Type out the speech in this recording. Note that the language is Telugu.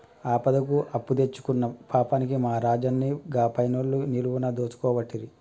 ఆపదకు అప్పుదెచ్చుకున్న పాపానికి మా రాజన్ని గా పైనాన్సోళ్లు నిలువున దోసుకోవట్టిరి